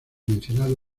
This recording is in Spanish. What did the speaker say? mencionado